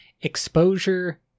exposure